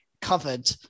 covered